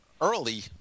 early